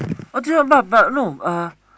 oh dear but but no uh